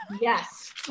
yes